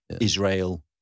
Israel